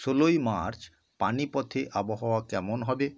ষোলোই মার্চ পানিপথে আবহাওয়া কেমন হবে